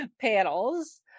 panels